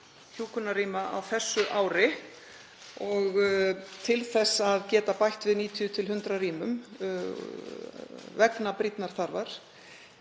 hjúkrunarrýma á þessu ári til að geta bætt við 90–100 rýmum vegna brýnnar þarfar.